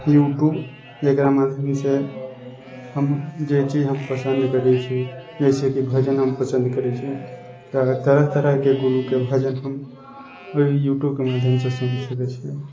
YouTube जकरा माध्यमसँ हम जे चीज हम पसन्द करै छी जइसेकि भजन हम पसन्द करै छी तऽ तरह तरहके गुरुके भजन हम ओहि यूट्यूबके माध्यमसँ सुन सकै छिए